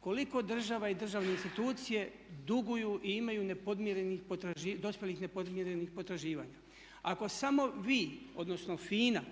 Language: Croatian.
koliko država i državne institucije duguju i imaju nepodmirenih, dospjelih nepodmirenih potraživanja. Ako samo vi, odnosno FINA